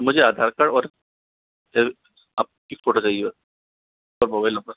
मुझे आधार कार्ड और आपकी फोटो चाहिए और मोबाईल नंबर